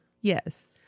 Yes